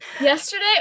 Yesterday